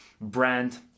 brand